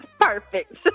perfect